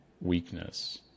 weakness